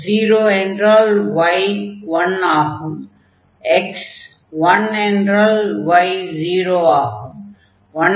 x 1 என்றால் y0 ஆகும்